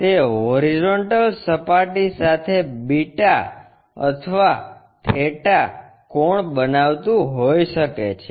તે હોરિઝોન્ટલ સપાટી સાથે બીટા અથવા થેટા કોણ બનાવતું હોઈ શકે છે